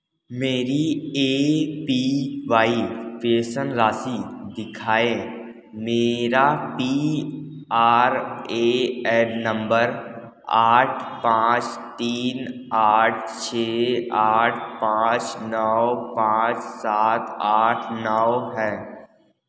मेरी A P Y pension राशि दिखाएँ मेरा P R A N number आठ पाँच तीन आठ छ आठ पाँच नौ पाँच सात आठ नौ है